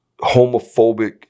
homophobic